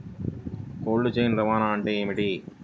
Cold chain రవాణా అంటే ఏమిటీ?